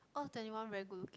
oh twenty one very good looking